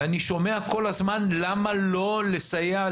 אני שומע כל הזמן למה לא לסייע,